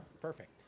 Perfect